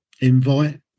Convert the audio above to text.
invite